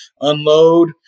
unload